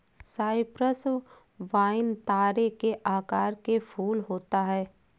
Cyprus vine तारे के आकार के फूल होता है